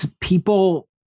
people